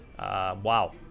wow